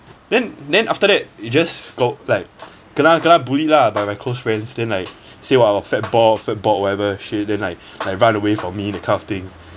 then then after that you just go like kena kena bullied lah by my close friends then like say what oh fat bald fat bald whatever shit then like run away from me that kind of thing